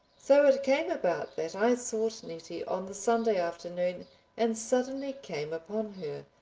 so it came about that i sought nettie on the sunday afternoon and suddenly came upon her,